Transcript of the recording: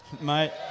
mate